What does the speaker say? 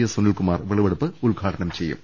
S Sunilkumar വിളവെടുപ്പ് ഉദ്ഘാടനം ചെയ്യും